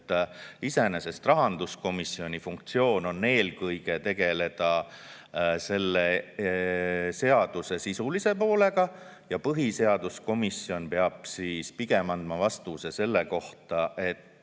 et iseenesest on rahanduskomisjoni funktsioon eelkõige tegeleda selle seaduse sisulise poolega ja põhiseaduskomisjon peab siis pigem andma vastuse selle kohta,